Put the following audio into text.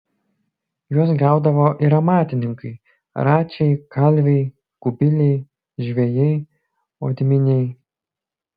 juos gaudavo ir amatininkai račiai kalviai kubiliai žvejai odminiai